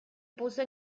puso